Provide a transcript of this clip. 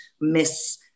miss